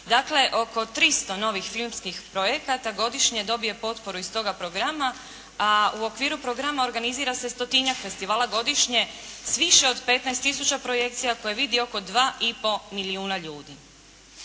dakle oko 300 novih filmskih projekata godišnje dobije potporu iz toga programa, a u okviru programa organizira se stotinjak festivala godišnje s više od 15 tisuća projekcija koje vidi oko 2,5 milijuna ljudi.